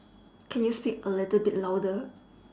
can you speak a little bit louder